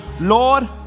Lord